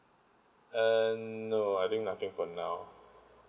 mm no I think nothing for now